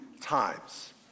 times